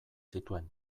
zituen